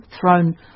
thrown